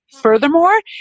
Furthermore